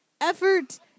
effort